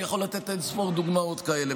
אני יכול לתת אין-ספור דוגמאות כאלה.